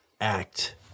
act